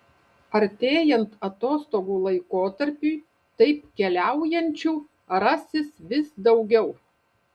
artėjant atostogų laikotarpiui taip keliaujančių rasis vis daugiau